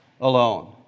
alone